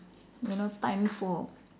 you know time for